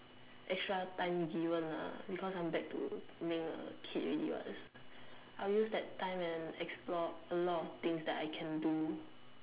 extra time given ah because I'm back to being a kid already what I will use that time and explore a lot of things that I can do